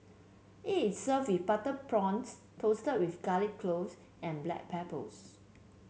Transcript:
it is served with butter prawns tossed with garlic cloves and black peppers